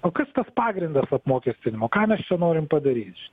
o kas tas pagrindas apmokestinimo ką mes čia norim padaryt